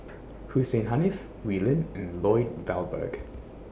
Hussein Haniff Wee Lin and Lloyd Valberg